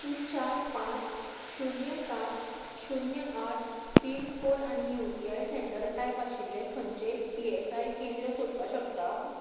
तूं चार पांच शुन्य सात शुन्य आठ पिन कोड आनी U T I centre type आशिल्ले खंयचेय ई एस आय सी केंद्र सोदपाक शकता